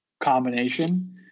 combination